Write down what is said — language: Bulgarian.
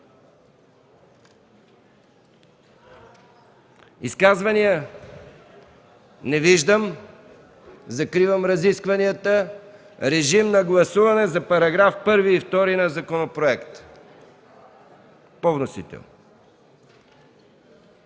Изказвания? Не виждам. Закривам разискванията. Режим на гласуване за § 1 и § 2 на законопроекта по вносител